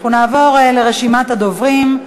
אנחנו נעבור לרשימת הדוברים.